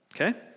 Okay